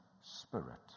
spirit